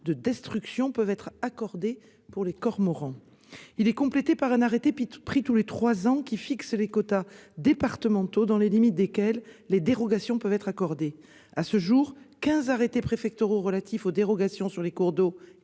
de destruction peuvent être accordées pour les cormorans. Il est complété par un arrêté pris tous les trois ans fixant les quotas départementaux dans les limites desquels les dérogations peuvent être accordées. À ce jour, quinze arrêtés préfectoraux relatifs aux dérogations sur les cours d'eau